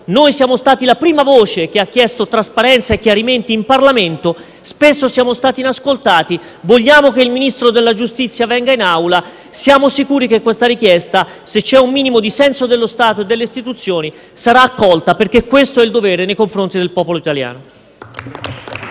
Siamo stati la prima voce che ha chiesto trasparenza e chiarimenti in Parlamento e spesso siamo stati inascoltati. Vogliamo che il Ministro della giustizia venga in Assemblea e siamo sicuri che questa richiesta, se c'è un minimo di senso dello Stato e delle istituzioni, sarà accolta, perché questo è un dovere nei confronti del popolo italiano.